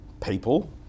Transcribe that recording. people